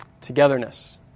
Togetherness